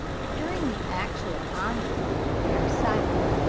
but during the actual conflict they are silent.